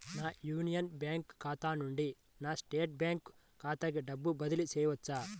నా union bank ఖాతా నుండి నా స్టేట్ బ్యాంకు ఖాతాకి డబ్బు బదిలి చేయవచ్చా?